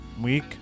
week